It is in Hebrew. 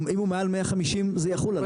אם הוא מעל 150 זה יחול עליו.